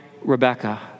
Rebecca